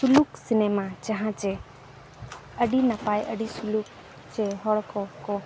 ᱥᱩᱞᱩᱠ ᱡᱟᱦᱟᱸ ᱪᱮ ᱟᱹᱰᱤ ᱱᱟᱯᱟᱭ ᱟᱹᱰᱤ ᱥᱩᱞᱩᱠ ᱥᱮ ᱦᱚᱲ ᱠᱚᱠᱚ